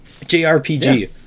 JRPG